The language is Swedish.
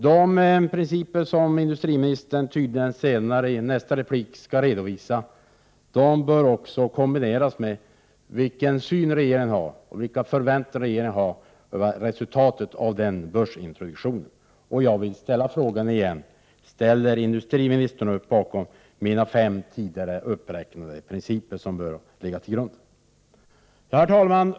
De principer som industriministern tydligen skall redovisa i nästa inlägg bör också kombineras med uppgifter om vilken syn på och vilka förväntningar regeringen har i fråga om resultatet av den börsintroduktionen. Jag vill åter fråga: Ställer industriministern upp bakom de fem tidigare uppräknade principer som jag anser bör ligga till grund härvidlag? Herr talman!